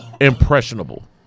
impressionable